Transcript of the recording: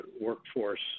workforce